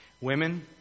Women